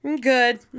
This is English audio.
Good